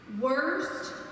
worst